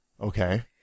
Okay